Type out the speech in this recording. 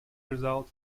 result